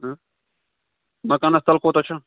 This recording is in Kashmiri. مکانس تَل کوٗتاہ چھُ